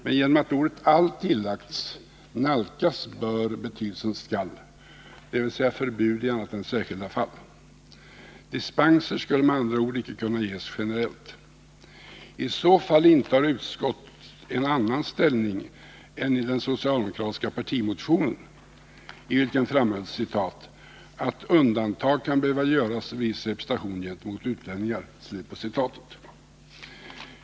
Men genom att ordet all tillagts nalkas bör betydelsen skall, dvs. förbud i annat än särskilda fall. Dispens skulle med andra ord icke kunna ges generellt. I så fall intar utskottet en annan ställning än den man intar i den socialdemokratiska partimotionen, i vilken framhölls att ”undantag kan behöva göras för viss representation gentemot utlänningar”.